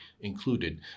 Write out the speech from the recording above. included